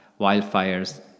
wildfires